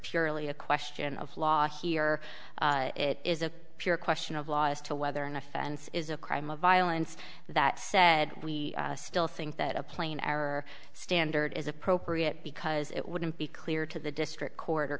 purely a question of law here it is a pure question of law as to whether an offense is a crime of violence that said we still think that a plane or standard is appropriate because it wouldn't be clear to the district